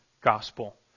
gospel